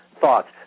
thoughts